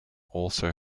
also